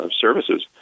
services